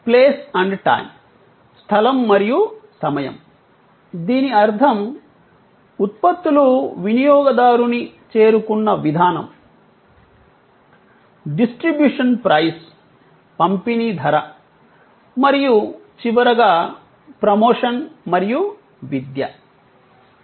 "place and time" స్థలం మరియు సమయం దీని అర్థం ఉత్పత్తులు వినియోగదారుని చేరుకున్న విధానం "డిస్ట్రిబ్యూషన్ ప్రైస్" పంపిణీ ధర మరియు చివరగా "ప్రమోషన్ మరియు విద్య"